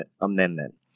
Amendment